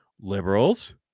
liberals